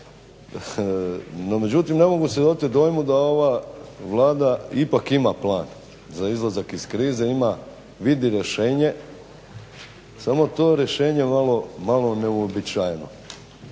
međutim ne mogu se otet dojmu da ova Vlada ipak ima plan za izlazak iz krize, vidi rješenje, samo je to rješenje malo neuobičajeno.